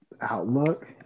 outlook